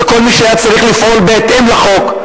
וכל מי שהיה צריך לפעול בהתאם לחוק,